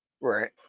right